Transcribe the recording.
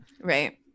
Right